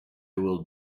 will